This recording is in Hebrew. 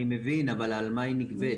אני מבין, אבל על מה היא נגבית?